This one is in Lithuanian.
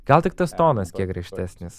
gal tik tas tonas kiek griežtesnis